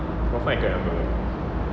confirm I cannot remember nya